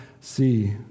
see